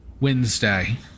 Wednesday